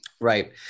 Right